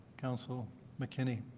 counsel mckinney,